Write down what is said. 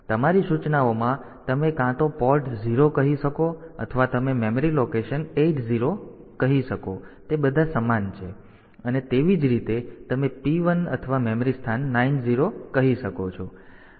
તેથી તમારી સૂચનાઓમાં તમે કાં તો પોર્ટ 0 કહી શકો અથવા તમે મેમરી લોકેશન 8 0 કહી શકો તે બધા સમાન છે અને તેવી જ રીતે તમે P 1 અથવા મેમરી સ્થાન 90 કહી શકો તે બધા સમાન છે